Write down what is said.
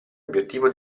obiettivo